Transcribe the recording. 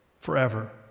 Forever